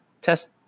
test